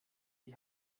die